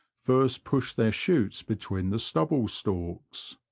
first pushed their shoots between the stubble stalks.